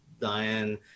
Diane